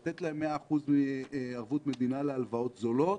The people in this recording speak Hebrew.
לתת להם 100% ערבות מדינה להלוואות זולות,